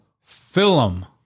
film